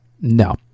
no